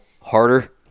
harder